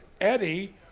Eddie